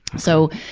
so,